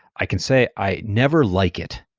i can say i never like it,